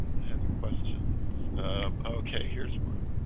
has questions okay? here's one